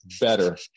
better